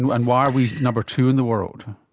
and and why are we number two in the world?